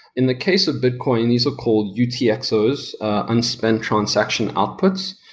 in the case of bitcoin, these are called utxos, unspent transaction outputs.